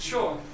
Sure